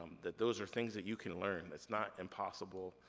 that those are things that you can learn. it's not impossible.